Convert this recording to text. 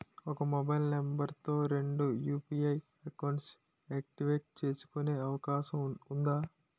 ఒక mobile number తో రెండు యు.పి.ఐ అకౌంట్స్ యాక్టివేట్ చేసుకునే అవకాశం వుందా?